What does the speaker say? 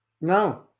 No